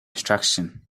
extraction